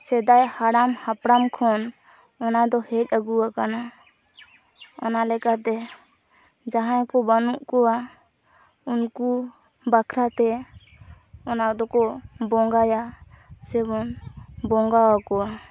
ᱥᱮᱫᱟᱭ ᱦᱟᱲᱟᱢ ᱦᱟᱯᱲᱟᱢ ᱠᱷᱚᱱ ᱚᱱᱟᱫᱚ ᱦᱮᱡ ᱟᱹᱜᱩ ᱟᱠᱟᱱᱟ ᱚᱱᱟ ᱞᱮᱠᱟᱛᱮ ᱡᱟᱦᱟᱸᱭᱠᱚ ᱵᱟᱹᱱᱩᱜ ᱠᱚᱣᱟ ᱩᱱᱠᱚ ᱵᱟᱠᱷᱨᱟᱛᱮ ᱚᱱᱟᱫᱚ ᱠᱚ ᱵᱚᱸᱜᱟᱭᱟ ᱥᱮᱵᱚᱱ ᱵᱚᱸᱜᱟ ᱟᱠᱚᱣᱟ